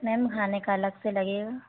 ma'am खाने का अलग से लगेगा